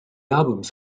albums